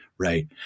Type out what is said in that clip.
right